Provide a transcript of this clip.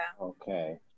Okay